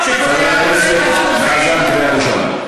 שיקולי הפריימריז קובעים,